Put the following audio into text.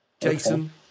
Jason